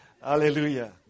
Hallelujah